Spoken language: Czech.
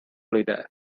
lidé